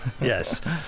Yes